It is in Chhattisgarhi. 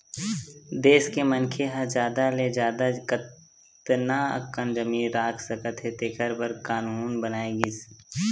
देस के मनखे ह जादा ले जादा कतना अकन जमीन राख सकत हे तेखर बर कान्हून बनाए गिस